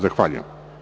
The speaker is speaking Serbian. Zahvaljujem.